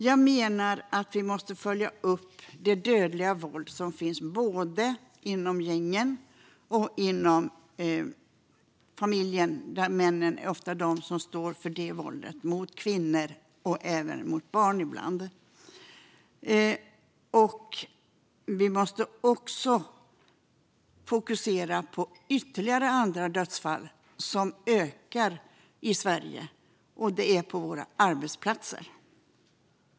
Jag menar att vi måste följa upp det dödliga våld som finns både inom gängen och inom familjen. Där är det ofta männen som står för våldet mot kvinnor och ibland även mot barn. Vi måste också fokusera på andra dödsfall som ökar i Sverige, nämligen på våra arbetsplatser.